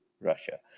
Russia